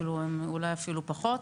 אולי אפילו פחות,